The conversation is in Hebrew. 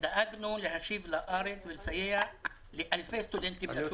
דאגנו להשיב לארץ ולסייע לאלפי סטודנטים -- אני